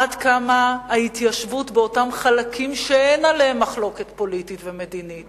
עד כמה ההתיישבות באותם חלקים שאין עליהם מחלוקת פוליטית ומדינית